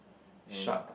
shark